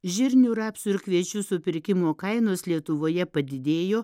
žirnių rapsų ir kviečių supirkimo kainos lietuvoje padidėjo